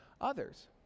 others